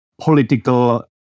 political